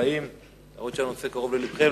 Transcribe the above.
גם אם הנושא קרוב ללבכם,